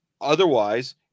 Otherwise